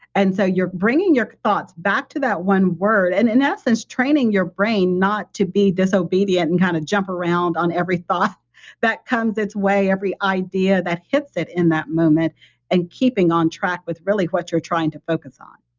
and so, you're bringing your thoughts back to that one word and in essence training your brain not to be disobedient and kind of jump around on every thought that comes its way, every idea that hits it in that moment and keeping on track with really what you're trying to focus on.